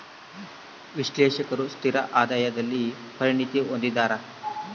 ವಿಶ್ಲೇಷಕರು ಸ್ಥಿರ ಆದಾಯದಲ್ಲಿ ಪರಿಣತಿ ಹೊಂದಿದ್ದಾರ